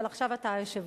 אבל עכשיו אתה היושב-ראש.